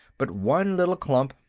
but one little clump,